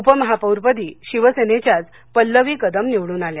उपमहापौरपदी शिवसेनेच्याच पल्लवी कदम निवडून आल्या